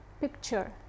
picture